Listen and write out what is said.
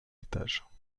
étages